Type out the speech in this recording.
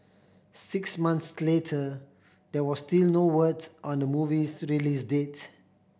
six months later there was still no word on the movie's release date